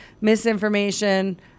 misinformation